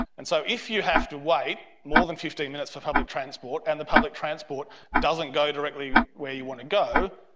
and so if you have to wait more than fifteen minutes for public transport and the public transport doesn't go directly where you want to go,